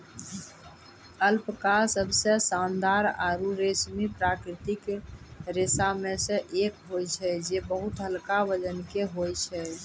alpaca सबसें शानदार आरु रेशमी प्राकृतिक रेशा म सें एक होय छै जे बहुत हल्का वजन के होय छै